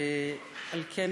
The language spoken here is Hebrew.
ועל כן,